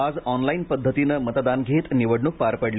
आज ऑनलाईन पद्धतीने मतदान घेत निवडणूक पार पडली